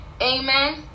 Amen